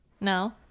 No